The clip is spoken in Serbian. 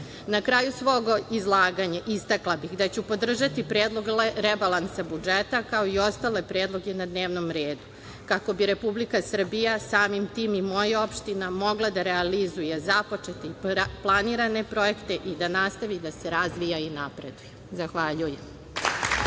kraju svog izlaganja istakla bih da ću podržati Predlog rebalansa budžeta, kao i ostale predloge na dnevnom redu kako bi Republika Srbija, samim tim i moja opština, mogla da realizuje započete i planirane projekte i da nastavi da se razvija i napreduje. Zahvaljujem.